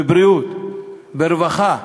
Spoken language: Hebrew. בבריאות, ברווחה,